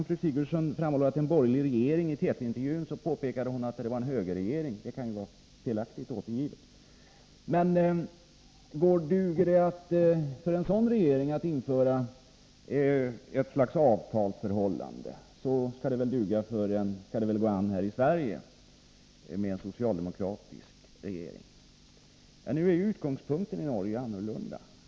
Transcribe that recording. Fru Sigurdsen framhåller att när en borgerlig regering i Norge — i TT-intervjun påpekar hon att det är en högerregering, men det kan ju vara felaktigt återgivet — vill få till stånd något slags avtalsförhållande, skall det väl gå an här i Sverige med en socialdemokratisk regering. Utgångspunkten i Norge är dock annorlunda.